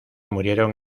murieron